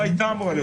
לא היתה אמורה להיות